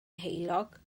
heulog